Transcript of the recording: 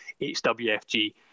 HWFG